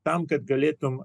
tam kad galėtum